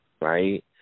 right